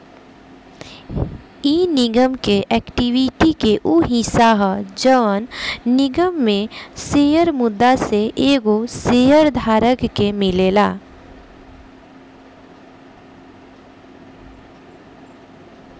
इ निगम के एक्विटी के उ हिस्सा ह जवन निगम में शेयर मुद्दा से एगो शेयर धारक के मिलेला